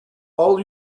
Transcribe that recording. all